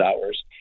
hours